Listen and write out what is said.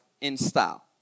in-style